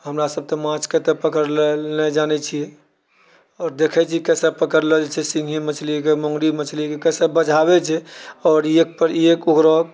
हमरा सभ तऽ माछ कऽ तऽ पकड़ल लऽ नइ जानै छियै आओर देखै छी कैसे पकड़लौ जाइ छै सिङ्गही मछलीके मुङ्गरी मछलीके कैसे बझाबै छै आओर एकपर एक ओवरोप